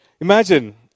Imagine